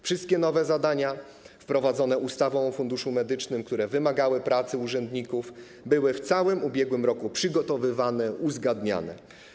Wszystkie nowe zadania wprowadzone ustawą o Funduszu Medycznym, które wymagały pracy urzędników, były w całym ubiegłym roku przygotowywane, uzgadniane.